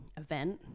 event